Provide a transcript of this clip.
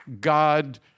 God